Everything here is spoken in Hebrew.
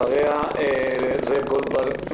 אחריה זאב גולדבלט,